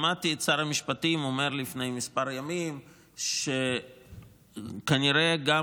שמעתי את שר המשפטים אומר לפני כמה ימים שכנראה גם